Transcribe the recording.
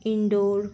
indoor